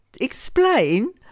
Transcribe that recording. explain